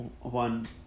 one